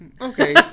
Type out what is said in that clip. okay